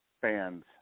fans